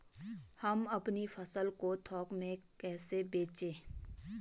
हम अपनी फसल को थोक में कैसे बेचें?